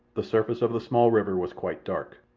the surface of the small river was quite dark.